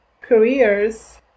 careers